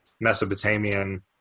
Mesopotamian